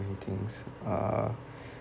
many things uh